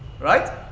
Right